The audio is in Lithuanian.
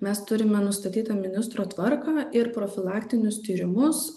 mes turime nustatytą ministro tvarką ir profilaktinius tyrimus